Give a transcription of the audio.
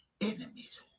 enemies